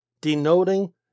denoting